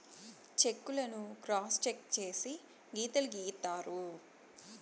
check లను cross check చేసి గీతలు గీత్తారు